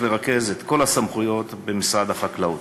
לרכז את כל הסמכויות במשרד החקלאות.